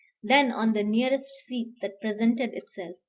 then on the nearest seat that presented itself,